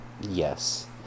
Yes